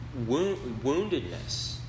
woundedness